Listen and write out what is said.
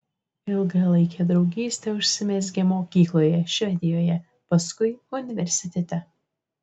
ilgalaikė draugystė užsimezgė mokykloje švedijoje paskui universitete